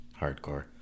hardcore